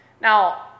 Now